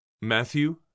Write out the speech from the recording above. Matthew